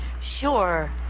Sure